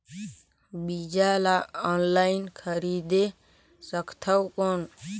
बीजा ला ऑनलाइन खरीदे सकथव कौन?